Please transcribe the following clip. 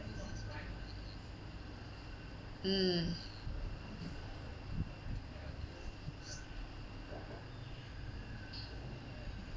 mm